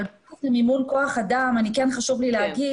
אבל, פה במימון כוח אדם אני כן חשוב לי להגיד,